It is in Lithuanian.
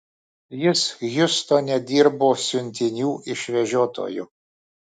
jis hjustone dirbo siuntinių išvežiotoju